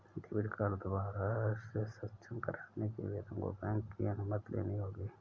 debit card दोबारा से सक्षम कराने के लिए तुमको बैंक की अनुमति लेनी होगी